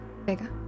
Vega